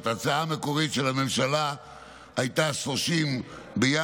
ההצעה המקורית של הממשלה הייתה 30 בינואר,